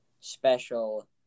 special